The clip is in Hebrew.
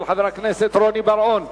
של חבר הכנסת רוני בר-און,